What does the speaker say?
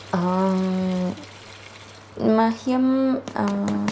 अहं मह्यं